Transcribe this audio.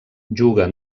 juga